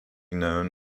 known